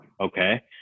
okay